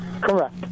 Correct